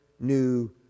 new